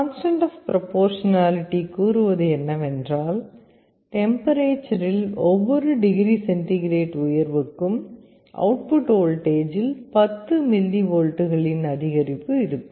constant of proportionality கூறுவது என்னவென்றால் டெம்பரேச்சரில் ஒவ்வொரு டிகிரி சென்டிகிரேட் உயர்வுக்கும் அவுட் புட் வோல்டேஜில் 10 மில்லிவோல்ட்டுகளின் அதிகரிப்பு இருக்கும்